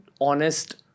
honest